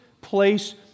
place